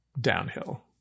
downhill